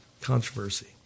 controversy